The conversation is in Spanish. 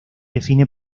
define